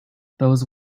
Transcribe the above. those